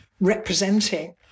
representing